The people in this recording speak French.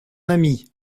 ami